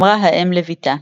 אמרה האם לבתה